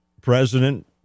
President